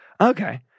okay